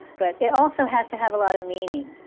but it also has to have a lot of meaning.